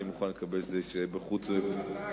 אני מוכן לקבל שזה יהיה בחוץ וביטחון,